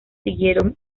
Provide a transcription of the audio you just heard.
siguieron